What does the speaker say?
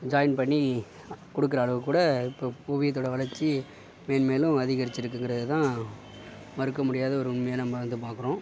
join பண்ணி கொடுக்கற அளவுக்கூட இப்போ ஓவியத்தோட வளர்ச்சி மேன்மேலும் அதிகரித்திருக்குங்கிறது தான் மறுக்க முடியாத ஒரு உண்மையாக நம்ம வந்து பாக்கிறோம்